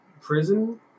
prison